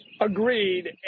Agreed